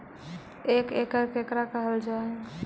एक एकड़ केकरा कहल जा हइ?